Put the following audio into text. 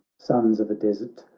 sons of a desert,